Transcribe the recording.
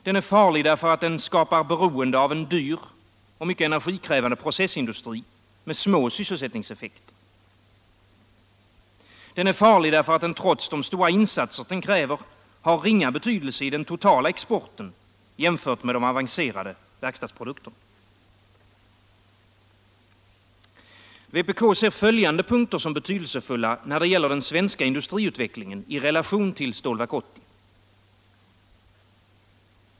Den är farlig, därför att den skapar beroende av en dyr, mycket energikrävande processindustri med små sysselsättningseffekter. Den är farlig, därför att den trots de stora insatser den kräver har ringa betydelse i den totala exporten jämfört med de avancerade verkstadsprodukterna. Vpk ser följande punkter som betydelsefulla när det gäller den svenska industriutvecklingen i relation till Stålverk 80: 1.